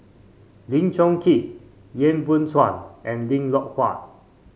Lim Chong Keat Yap Boon Chuan and Lim Loh Huat